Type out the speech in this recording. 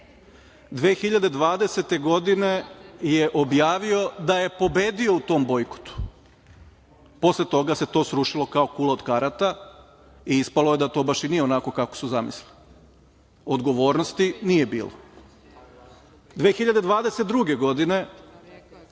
bojkot, objavio da je pobedio u tom bojkotu a posle toga se to srušilo kao kula od karata i ispalo je da to baš i nije onako kako su zamislili. Odgovornosti nije bilo. Godine